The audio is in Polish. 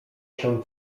się